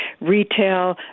retail